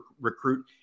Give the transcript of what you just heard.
recruit